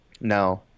no